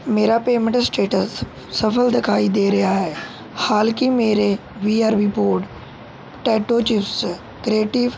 ਮੇਰਾ payment status ਸਫਲ ਦਿਖਾਈ ਦੇ ਰਿਹਾ ਹੈ ਹਾਲ ਕੀ ਮੇਰੇ ਵੀ R V board potato chips creative